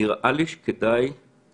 נראה לי שכדאי